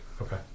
Okay